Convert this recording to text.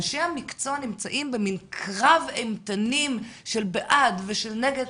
אנשי המקצוע נמצאים במן קרב של בעד ושל נגד.